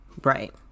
right